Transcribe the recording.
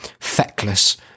feckless